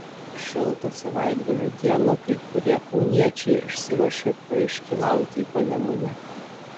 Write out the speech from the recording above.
šiltą savaitgalio dieną kai kurie kauniečiai išsiruošė paiškylauti į panemunę